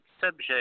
subject